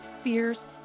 FEARS